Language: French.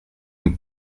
nous